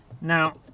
Now